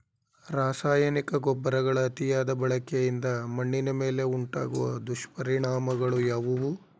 ರಾಸಾಯನಿಕ ಗೊಬ್ಬರಗಳ ಅತಿಯಾದ ಬಳಕೆಯಿಂದ ಮಣ್ಣಿನ ಮೇಲೆ ಉಂಟಾಗುವ ದುಷ್ಪರಿಣಾಮಗಳು ಯಾವುವು?